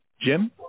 Jim